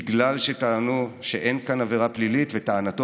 בגלל שטענו שאין כאן עבירה פלילית וטענתו